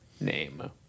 name